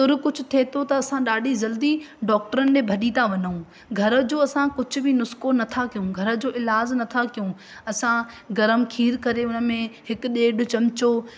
तुर कुझु थिए थो त असां ॾाढी जल्दी डॉक्टरनि ॾिए भॼी था वञूं घर जो असां कुझु बि नुस्को नथा कयूं घर जो इलाज़ु नथा कयूं असां गर्मु खीर करे उन में हिकु ॾेढ चमिचो